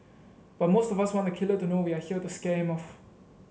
but most of us want the killer to know we are here to scare him off